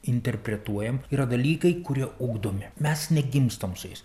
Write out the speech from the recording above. interpretuojam yra dalykai kurie ugdomi mes negimstam su jais